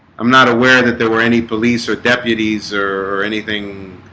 i'm not aware that there were any police or deputies or anything